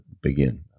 begin